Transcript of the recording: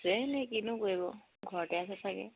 কিনো কৰিব ঘৰতে আছে চাগে